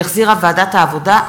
שהחזירה ועדת העבודה,